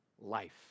life